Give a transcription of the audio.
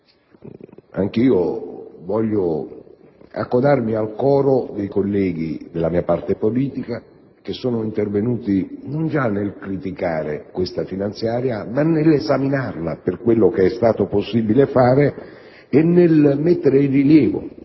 anch'io voglio accodarmi al coro dei colleghi della mia parte politica che sono intervenuti non già nel criticare il disegno di legge finanziaria, ma nell'esaminarlo - per quello che è stato possibile fare - e nel mettere in rilievo